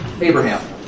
Abraham